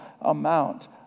amount